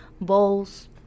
bowls